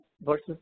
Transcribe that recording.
versus